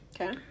Okay